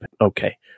okay